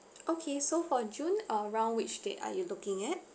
okay so for june or around which date are you looking at